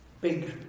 big